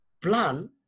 plan